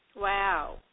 Wow